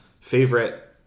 favorite